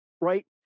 right